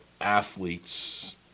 athletes